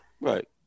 Right